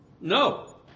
No